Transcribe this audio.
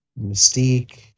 Mystique